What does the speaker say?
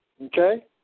Okay